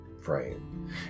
frame